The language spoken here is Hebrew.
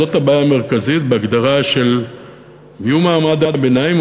זאת הבעיה המרכזית בהגדרה מי הוא מעמד הביניים,